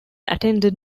attended